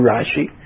Rashi